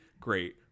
great